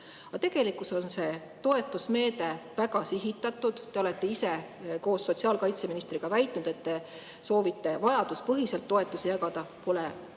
tegelikkus on see toetusmeede väga sihitatud. Te olete ise koos sotsiaalkaitseministriga väitnud, et te soovite vajaduspõhiselt toetusi jagada. Pole